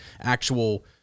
actual